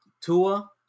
Tua